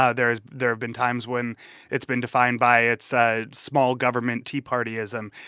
ah there has there've been times when it's been defined by its ah small-government tea party-ism.